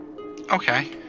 Okay